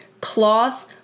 cloth